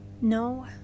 No